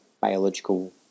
biological